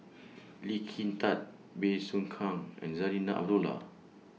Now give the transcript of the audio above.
Lee Kin Tat Bey Soo Khiang and Zarinah Abdullah